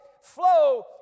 flow